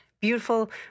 beautiful